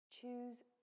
Choose